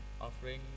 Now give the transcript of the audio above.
offering